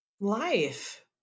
Life